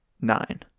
nine